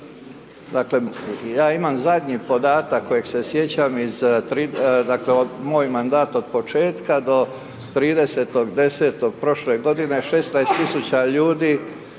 stao. Ja imam zadnji podatak koji se sjećam, dakle, moj mandat od početka do 30.10. prošle godine, 16 tisuća ljudi